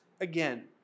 again